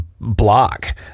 block